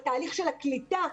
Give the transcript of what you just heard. בתהליך של הקליטה.